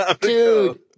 Dude